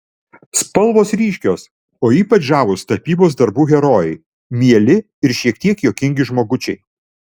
spalvos ryškios o ypač žavūs tapybos darbų herojai mieli ir šiek tiek juokingi žmogučiai